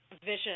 vision